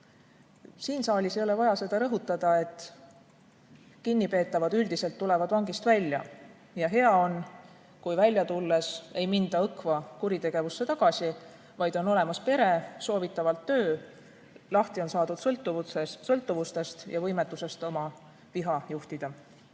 Siin saalis ei ole vaja seda rõhutada, et kinnipeetavad üldiselt tulevad vangist välja, ja hea on, kui välja tulles ei minda õkva kuritegevusse tagasi, vaid on olemas pere, soovitatavalt töö, lahti on saadud sõltuvustest ja võimetusest oma viha juhtida.